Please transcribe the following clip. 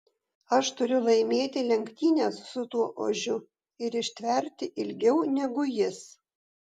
aš turiu laimėti lenktynes su tuo ožiu ir ištverti ilgiau negu jis